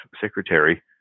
secretary